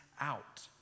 out